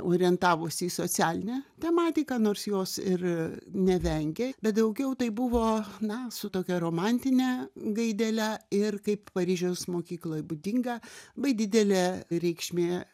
orientavosi į socialinę tematiką nors jos ir nevengė bet daugiau tai buvo na su tokia romantine gaidele ir kaip paryžiaus mokykloj būdinga labai didelė reikšmė